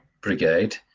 brigade